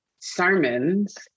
sermons